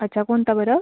अच्छा कोणता बरं